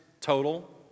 total